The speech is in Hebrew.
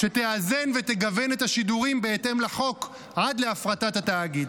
שתאזן ותגוון את השידורים בהתאם לחוק עד להפרטת התאגיד.